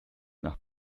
nach